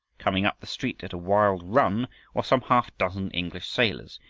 coming up the street at a wild run were some half-dozen english sailors,